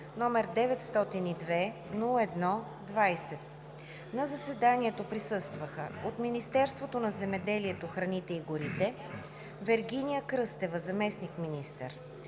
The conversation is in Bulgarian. № 902-01-20. На заседанието присъстваха: от Министерството на земеделието, храните и горите – Вергиния Кръстева – заместник-министър,